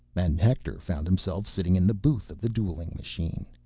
and hector found himself sitting in the booth of the dueling machine.